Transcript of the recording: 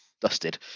Dusted